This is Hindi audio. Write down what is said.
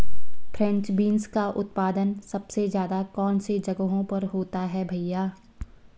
फ्रेंच बीन्स का उत्पादन सबसे ज़्यादा कौन से जगहों पर होता है भैया?